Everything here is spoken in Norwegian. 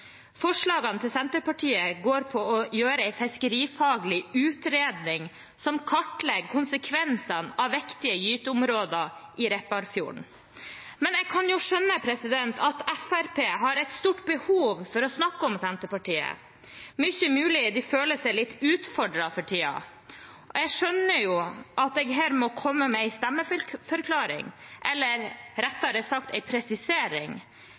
Forslagene til Senterpartiet går på å gjøre en fiskerifaglig utredning som kartlegger konsekvensene av viktige gyteområder i Repparfjorden. Jeg kan skjønne at Fremskrittspartiet har et stort behov for å snakke om Senterpartiet. Det er mye mulig de føler seg litt utfordret for tiden. Jeg skjønner jo at jeg her må komme med en stemmeforklaring, eller rettere sagt en presisering.